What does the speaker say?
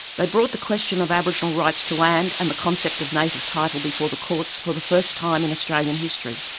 they brought the question of aboriginal rights to land and the concept of native title before the courts for the first time in australian history.